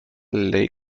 lake